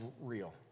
real